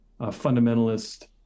fundamentalist